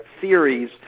theories